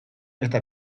eta